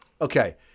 Okay